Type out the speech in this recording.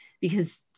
because-